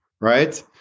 right